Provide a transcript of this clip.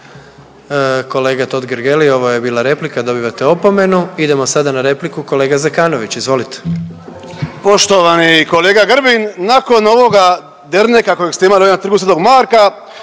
Kolega Totgergeli ovo je bila replika, dobivate opomenu. Idemo sada na repliku kolega Zekanović, izvolite. **Zekanović, Hrvoje (HDS)** Poštovani kolega Grbin nakon ovoga derneka kojeg ste imali ovdje na Trgu sv. Marka